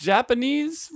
Japanese